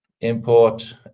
import